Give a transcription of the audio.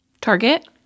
Target